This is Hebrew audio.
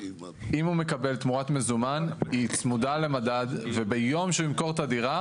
אדם מקבל מזומן אז זה צמוד למדד וביום שהוא ימכור את הדירה